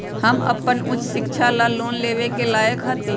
हम अपन उच्च शिक्षा ला लोन लेवे के लायक हती?